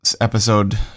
episode